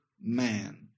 man